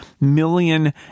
million